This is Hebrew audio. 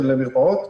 מרפאות,